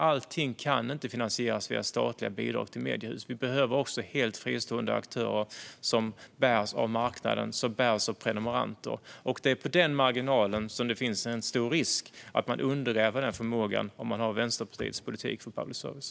Allting kan inte finansieras via statliga bidrag till mediehus, utan vi behöver också helt fristående aktörer som bärs av marknaden och som bärs av prenumeranter. Det är på den marginalen det finns en stor risk att man undergräver denna förmåga med Vänsterpartiets politik för public service.